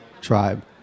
Tribe